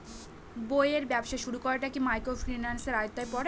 বইয়ের ব্যবসা শুরু করাটা কি মাইক্রোফিন্যান্সের আওতায় পড়বে?